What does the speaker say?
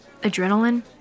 Adrenaline